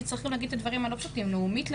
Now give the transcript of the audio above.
כי צריך לומר גם את הדברים הלא פשוטים: לאומית,